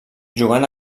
jugant